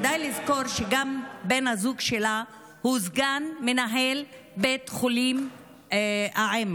כדאי לזכור שבן הזוג שלה הוא סגן מנהל בית החולים העמק.